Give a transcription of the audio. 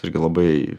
irgi labai